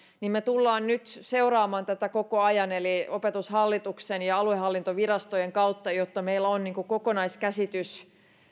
niin me toki tulemme nyt seuraamaan tätä koko ajan opetushallituksen ja aluehallintovirastojen kautta jotta meillä on kokonaiskäsitys